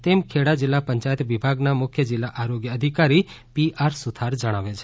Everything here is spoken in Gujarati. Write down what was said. તેમ ખેડા જિલ્લા પંચાયત વિભાગ ના મુખ્ય જિલ્લા આરોગ્ય અધિકારી પી આર સુથાર જણાવે છે